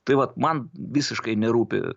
tai vat man visiškai nerūpi